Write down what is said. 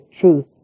truth